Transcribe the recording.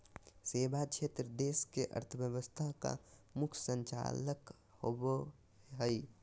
सेवा क्षेत्र देश के अर्थव्यवस्था का मुख्य संचालक होवे हइ